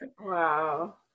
Wow